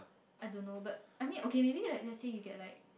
I don't know but I mean okay maybe like let's say you get like